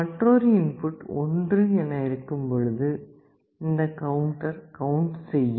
மற்றொரு இன்புட் 1 என இருக்கும்பொழுது இந்த கவுண்டர் கவுண்ட் செய்யும்